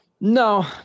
No